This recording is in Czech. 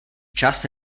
čas